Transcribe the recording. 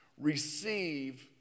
Receive